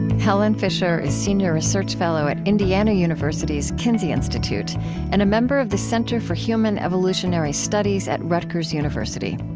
helen fisher is senior research fellow at indiana university's kinsey institute and a member of the center for human evolutionary studies at rutgers university.